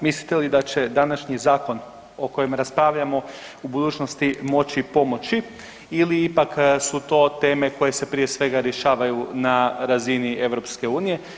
Mislite li da će današnji zakon o kojem raspravljamo u budućnosti moći pomoći ili ipak su to teme koje se prije svega rješavaju na razini EU?